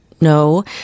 no